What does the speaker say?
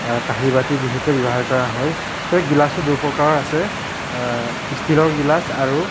কাঁহি বাটি বিশেষকৈ ব্যৱহাৰ কৰা হয় গিলাচো দুই প্ৰকাৰৰ আছে ষ্টিলৰ গিলাচ আৰু